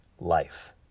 life